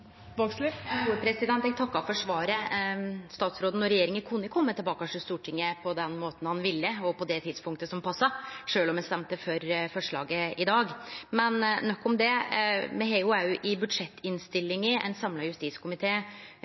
for svaret. Statsråden og regjeringa kunne ha kome tilbake til Stortinget på den måten ein ville, og på det tidspunktet som passa, sjølv om me hadde røysta for forslaget i dag – men nok om det. Ein samla justiskomité har jo òg i